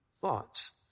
thoughts